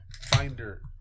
finder